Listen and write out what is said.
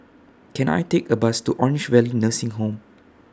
Can I Take A Bus to Orange Valley Nursing Home